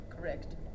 Correct